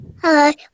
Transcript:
Hi